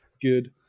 good